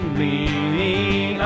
leaning